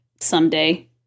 someday